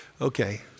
okay